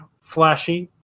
flashy